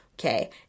okay